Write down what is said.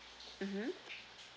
mmhmm